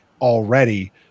already